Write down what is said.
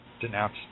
denounce